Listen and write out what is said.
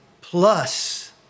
plus